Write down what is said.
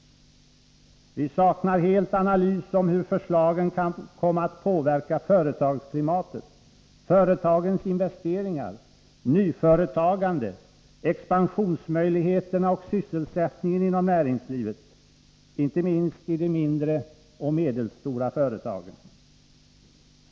Vi saknar helt analys av hur förslagen kan komma att påverka företagsklimatet, företagens investeringar, nyföretagande, expansionsmöjligheterna och sysselsättningen inom näringslivet, inte minst i de mindre och medelstora företagen.